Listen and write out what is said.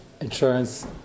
Insurance